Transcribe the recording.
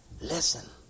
Listen